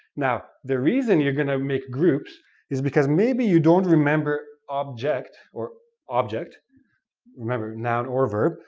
now, the reason you're going to make groups is because maybe you don't remember object or object remember, noun or verb,